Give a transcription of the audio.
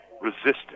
resistance